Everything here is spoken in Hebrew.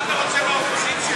מה אתה רוצה מהאופוזיציה?